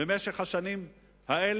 במשך השנים האלה?